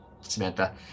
Samantha